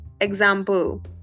Example